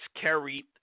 carried